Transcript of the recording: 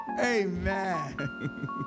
Amen